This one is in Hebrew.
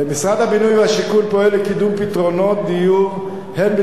משרד הבינוי והשיכון פועל לקידום פתרונות דיור הן בתחום